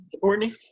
Courtney